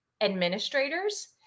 administrators